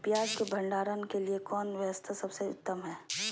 पियाज़ के भंडारण के लिए कौन व्यवस्था सबसे उत्तम है?